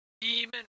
demon